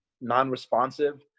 non-responsive